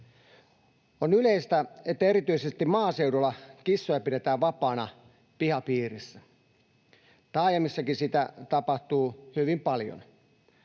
On yleistä, että erityisesti maaseudulla kissoja pidetään vapaana pihapiirissä. Taajamissakin sitä tapahtuu hyvin paljon.